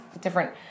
different